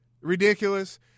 Ridiculous